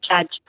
judge